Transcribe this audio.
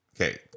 Okay